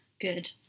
Good